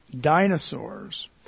dinosaurs